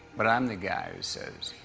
but i'm the guy who says,